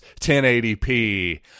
1080p